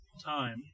time